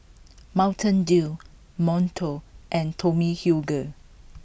Mountain Dew Monto and Tommy Hilfiger